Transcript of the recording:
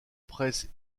presse